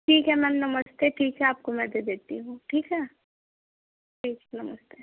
ठीक है मैम नमस्ते ठीक है आपको मैं दे देती हूँ ठीक है ठीक नमस्ते